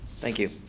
thank you.